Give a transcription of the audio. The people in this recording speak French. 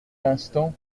instant